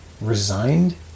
Resigned